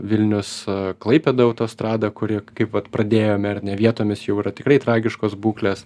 vilnius klaipėda autostrada kuri kaip vat pradėjome ar ne vietomis jau yra tikrai tragiškos būklės